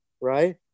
right